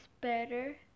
better